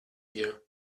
here